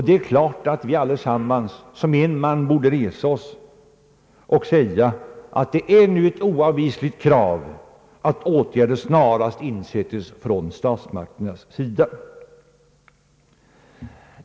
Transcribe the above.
Det är klart att vi allesammans som en man borde resa oss och säga att det är ett oavvisligt krav att åtgärder snarast insättes från statsmakternas sida.